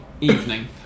evening